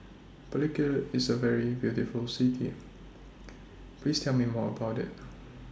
Palikir IS A very beautiful City Please Tell Me More about IT